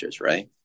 right